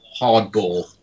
hardball